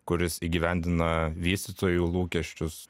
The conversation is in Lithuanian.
kuris įgyvendina vystytojų lūkesčius